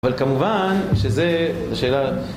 אבל כמובן שזה, זה שאלה...